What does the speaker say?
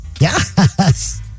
Yes